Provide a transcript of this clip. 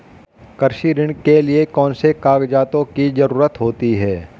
कृषि ऋण के लिऐ कौन से कागजातों की जरूरत होती है?